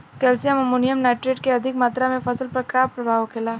Calcium ammonium nitrate के अधिक मात्रा से फसल पर का प्रभाव होखेला?